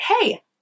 hey